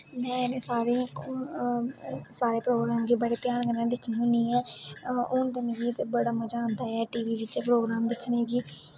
में इनें सारें प्रोग्राम गी बड़े ध्यान कन्नै दिक्खनी होन्नी ऐं हून ते मिगी बड़ा मजा आंदा ऐ टीवी च प्रोग्राम दिक्खने गी